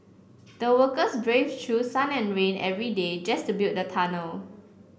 the workers braved through sun and rain every day just to build the tunnel